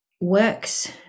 works